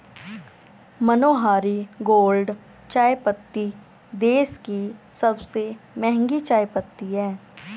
मनोहारी gold चायपत्ती देश की सबसे महंगी चायपत्ती है